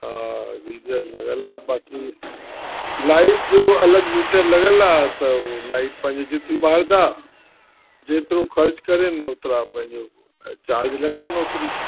हा गीज़र लॻियलु आहे बाक़ी लाइट जो अलॻि मीटर लॻियलु आहे त उहो लाइट पंहिंजो जेतरी ॿारींदा जेतिरो ख़र्च कनि ओतिरा पंहिंजो चार्ज लॻंदनि ओतरी